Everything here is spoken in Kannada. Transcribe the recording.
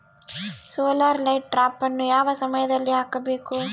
ಸೋಲಾರ್ ಲೈಟ್ ಟ್ರಾಪನ್ನು ಯಾವ ಸಮಯದಲ್ಲಿ ಹಾಕಬೇಕು?